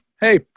hey